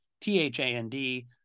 T-H-A-N-D